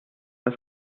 das